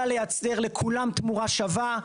יודע לייצר לכולם תמורה שווה.